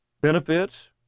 benefits